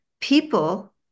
people